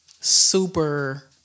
super